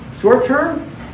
Short-term